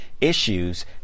Issues